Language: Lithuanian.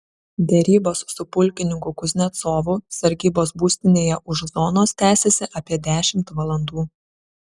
derybos su pulkininku kuznecovu sargybos būstinėje už zonos tęsėsi apie dešimt valandų